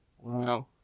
Wow